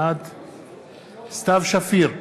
בעד סתיו שפיר,